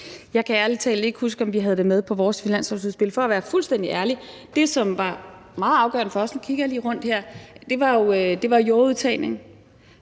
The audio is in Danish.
Jeg kan ærlig talt ikke huske, om vi havde det med i vores finanslovsudspil. For at være fuldstændig ærlig var det, der var meget afgørende for os – og nu kigger jeg lige rundt her – jordudtagning,